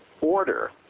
order